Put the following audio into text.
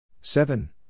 seven